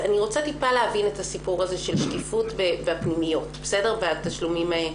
אז אני רוצה להבין את הסיפור הזה של שקיפות בפנימיות ועל תשלומים.